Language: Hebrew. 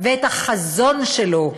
ואת החזון שלו: